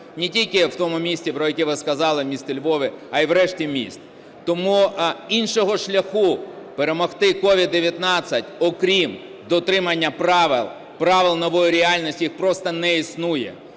Не тільки в тому місті, про яке ви сказали, місто Львові, а і в решті міст. Тому іншого шляху перемогти COVID-19, окрім дотримання правил, правил нової реальності, просто не існує